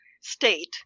state